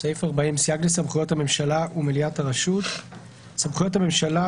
סעיף 40 סייג לסמכויות הממשלה ומליאת הרשות "סמכויות הממשלה